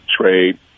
trade